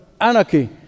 anarchy